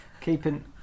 keeping